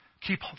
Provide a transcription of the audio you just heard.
Keep